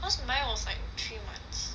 cause mine was like three months